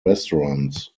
restaurants